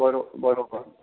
बरो बराबरि